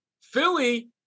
Philly